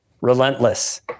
relentless